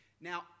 Now